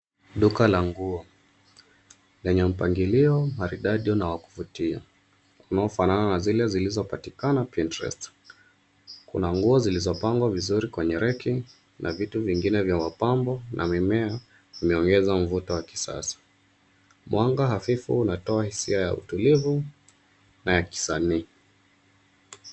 Duka la nguo lenye mpangilio maridadi na wa kuvutia unaofanana na zile zilizopatikana Pinterest . Kuna nguo zilizopangwa vizuri kwenye reki na vitu vingine vya mapambo na mimea kuongeza mvuto wa kisasa. Mwanga hafifu unatoa hisia ya utulivu na ya kisanii.